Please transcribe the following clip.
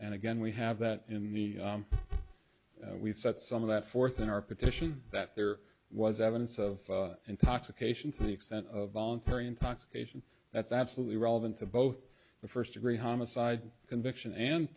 and again we have that in the we've set some of that forth in our petition that there was evidence of intoxication to the extent of voluntary intoxication that's absolutely relevant to both the first degree homicide conviction and